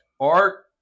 art